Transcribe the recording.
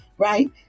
right